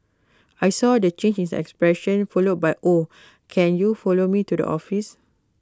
I saw the change in expression followed by oh can you follow me to the office